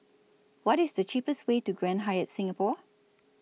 What IS The cheapest Way to Grand Hyatt Singapore